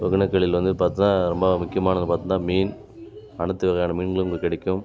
ஒகேனக்கலில் வந்து பார்த்தோன்னா ரொம்ப முக்கியமானது பார்த்தோன்னா மீன் அனைத்து வகையான மீன்களும் இங்கு கிடைக்கும்